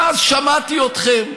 ואז שמעתי אתכם,